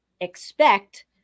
expect